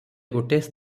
ଗୋଟିଏ